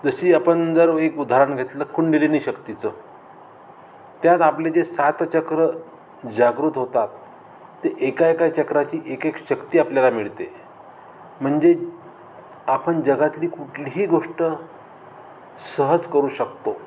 जशी आपण जर एक उदाहरण घेतलं कुंडलिनी शक्तीचं त्यात आपले जे सात चक्रं जागृत होतात ते एका एका चक्राची एक एक शक्ती आपल्याला मिळते म्हणजे आपण जगातली कुठलीही गोष्ट सहज करू शकतो